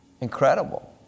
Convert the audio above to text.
Incredible